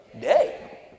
day